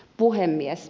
puhemies